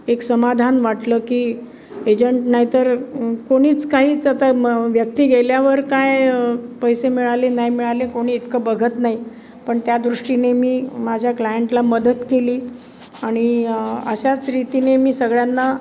एक समाधान म्हटलं की एजंट नाही तर कोणीच काहीच आता मग व्यक्ती गेल्यावर काय पैसे मिळाले नाही मिळाले कोणी इतकं बघत नाही पण त्या दृष्टीने मी माझ्या क्लायंटला मदत केली आणि अशाच रीतीने मी सगळ्यांना